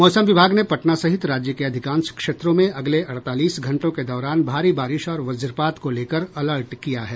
मौसम विभाग ने पटना सहित राज्य के अधिकांश क्षेत्रों में अगले अड़तालीस घंटों के दौरान भारी बारिश और वज्रपात को लेकर अलर्ट किया है